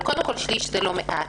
אבל קודם כול שליש זה לא מעט,